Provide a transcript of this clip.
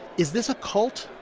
is this a cult?